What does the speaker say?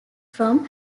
from